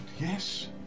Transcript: yes